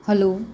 hello